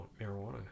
marijuana